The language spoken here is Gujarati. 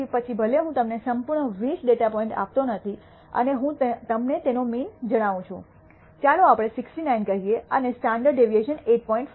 તેથી પછી ભલે હું તમને સંપૂર્ણ 20 ડેટા પોઇન્ટ આપતો નથી અને હું તમને તેનો મીન જણાવું છું ચાલો આપણે 69 કહીએ અને સ્ટાન્ડર્ડ ડેવિએશન 8